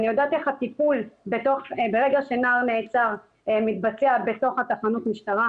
אני יודעת איך הטיפול ברגע שנער נעצר מתבצע בתוך תחנות המשטרה.